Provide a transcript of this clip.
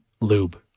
lube